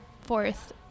fourth